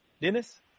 Dennis